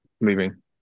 leaving